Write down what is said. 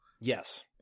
Yes